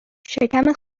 شکم